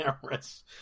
cameras